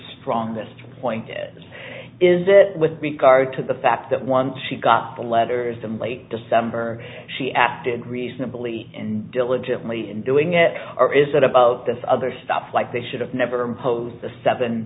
strongest point is is it with regard to the fact that once she got the letters i'm late december she asked did reasonably and diligently in doing it or is it about this other stuff like they should have never imposed the seven